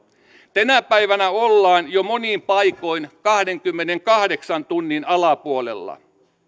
tänä päivänä ollaan jo monin paikoin kahdenkymmenenkahdeksan tunnin alapuolella